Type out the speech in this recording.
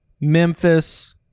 Memphis